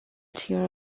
tier